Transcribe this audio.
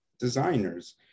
designers